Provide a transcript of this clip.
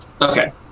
Okay